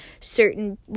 certain